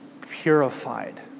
purified